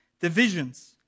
divisions